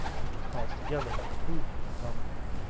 and to cause the yellow and blue to predominate.